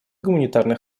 гуманитарный